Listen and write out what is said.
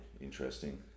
interesting